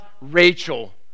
Rachel